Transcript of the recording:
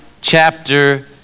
chapter